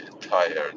tired